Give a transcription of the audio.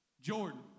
Jordan